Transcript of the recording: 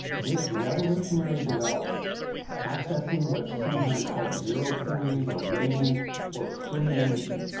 this revolutionary development accessing what's sometimes called zero point or radiant or free energy,